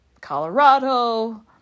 Colorado